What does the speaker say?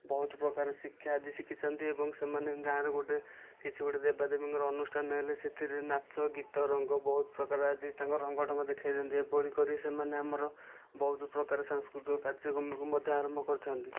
ବହୁତ ପ୍ରକାରର ଶିକ୍ଷା ଆଜି ଶିଖିଛନ୍ତି ଏବଂ ସେମାନେ ଗାଁରେ ଗୋଟିଏ କିଛି ଗୋଟେ ଦେବା ଦେବୀଙ୍କର ଅନୁଷ୍ଠାନ ହେଲେ ସେଥିରେ ନାଚ ଗୀତ ରଙ୍ଗ ବହୁତ ପ୍ରକାର ଆଜି ତାଙ୍କ ରଙ୍ଗ ଢ଼ଙ୍ଗ ଦେଖାଇ ଦିଅନ୍ତି ଏଭଳି କରି ସେମାନେ ଆମର ବହୁତ ପ୍ରକାର ସାଂସ୍କୃତିକ କାର୍ଯ୍ୟକ୍ରମକୁ ମଧ୍ୟ ଆରମ୍ଭ କରିଥାନ୍ତି